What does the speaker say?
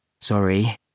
Sorry